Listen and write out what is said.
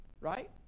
right